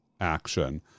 action